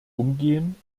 umgehen